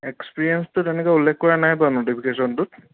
এক্সপেৰিয়েঞ্চটো তেনেকৈ উল্লেখ কৰা নাই বাৰু ন'টিফিকেচনটোত